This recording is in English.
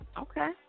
Okay